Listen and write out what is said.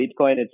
Bitcoin